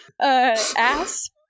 Ass